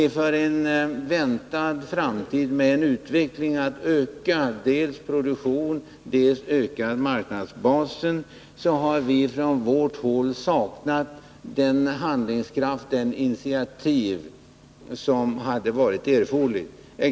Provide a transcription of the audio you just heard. Inför en framtid där utvecklingen väntas gå mot dels ökad produktion, dels ökad marknadsbas, har vi från vårt håll saknat den handlingskraft och den initiativförmåga av regeringen som hade varit erforderlig.